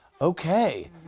okay